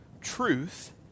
truth